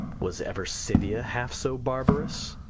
was never scythia half so barbarous!